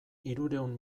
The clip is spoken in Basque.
hirurehun